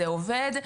זה עובד.